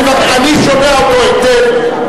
אני שומע אותו היטב,